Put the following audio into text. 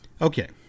Okay